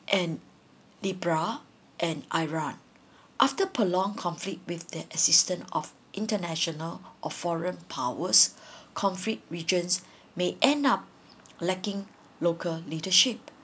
and and iran after prolonged conflict with the assistance of international of foreign powers conflict regions may end up lacking local leadership